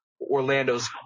Orlando's